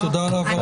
תודה על ההבהרה.